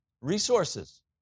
resources